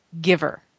giver